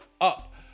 up